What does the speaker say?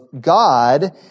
God